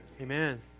Amen